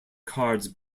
cards